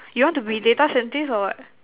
you want to be data scientist or what